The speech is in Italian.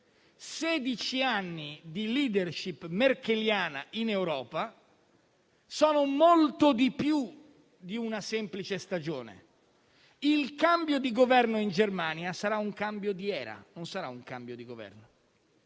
anni di *leadership* merkeliana in Europa solo molto di più di una semplice stagione. Quello di Governo in Germania sarà un cambio di era, non solo un cambio di Governo,